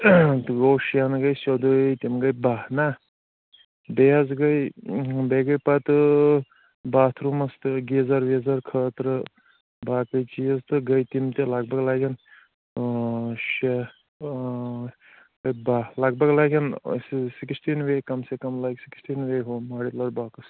تہٕ گوٚو شٮ۪ن گٔے سیوٚدُے تِم گٔے بَہہ نہ بیٚیہِ حظ گٔے بیٚیہِ گٔے پَتہٕ باتھ روٗمَس تہٕ گیٖزَر ویٖزَر خٲطرٕ باقٕے چیٖز تہٕ گٔے تِم تہِ لَگ بَگ لَگَن شےٚ گٔے بَہہ لَگ بگ لَگَن أسۍ سِکِسٹیٖن وے کَم سے کَم لَگہِ سِکِسٹیٖن وے ہُہ ماڈیوٗلَر بۄکٕس